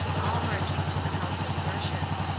all marching to the house of worship.